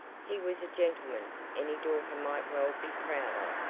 he was a gentleman any daughter might well be proud of,